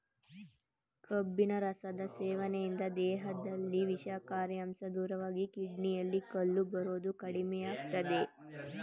ಕಬ್ಬಿನ ರಸದ ಸೇವನೆಯಿಂದ ದೇಹದಲ್ಲಿ ವಿಷಕಾರಿ ಅಂಶ ದೂರವಾಗಿ ಕಿಡ್ನಿಯಲ್ಲಿ ಕಲ್ಲು ಬರೋದು ಕಡಿಮೆಯಾಗ್ತದೆ